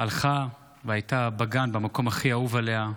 הלכה והייתה בגן, במקום הכי אהוב עליה,